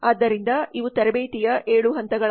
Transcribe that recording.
ಆದ್ದರಿಂದ ಇವು ತರಬೇತಿಯ ಏಳು ಹಂತಗಳಾಗಿವೆ